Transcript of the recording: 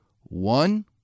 One